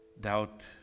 doubt